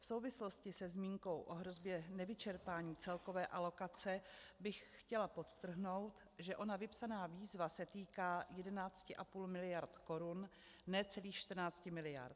V souvislosti se zmínkou o hrozbě nevyčerpání celkové alokace bych chtěla podtrhnout, že ona vypsaná výzva se týká 11,5 mld. korun, ne celých 14 mld..